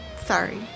sorry